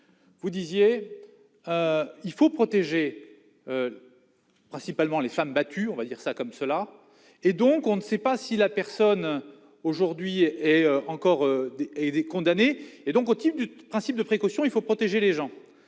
vous disiez, il faut protéger, principalement les femmes battues, on va dire ça comme cela, et donc on ne sait pas si la personne aujourd'hui et encore, et des condamnés, et donc au type du principe de précaution, il faut protéger les gens